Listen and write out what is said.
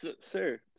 sir